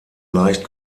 leicht